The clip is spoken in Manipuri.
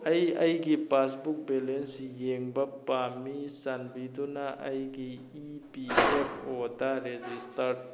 ꯑꯩ ꯑꯩꯒꯤ ꯄꯥꯁꯕꯨꯛ ꯕꯦꯂꯦꯟꯁ ꯌꯦꯡꯕ ꯄꯥꯝꯃꯤ ꯆꯥꯟꯕꯤꯗꯨꯅ ꯑꯩꯒꯤ ꯏ ꯄꯤ ꯑꯦꯐ ꯑꯣꯗ ꯔꯦꯖꯤꯁꯇꯔꯠ